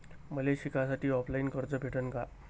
मले शिकासाठी ऑफलाईन कर्ज भेटन का?